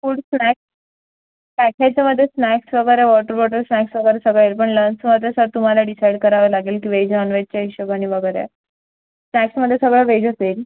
food snack काही काही ह्याच्यामध्ये स्नॅक्स वगैरे वॉटर बॉटल स्नॅक्स वगैरे सगळं येईल पण लंचमध्ये सर तुम्हाला डिसाईड करावं लागेल की वेज नॉन वेजच्या हिशोबाने वगैरे स्नॅक्समध्ये सगळं व्हेजच येईल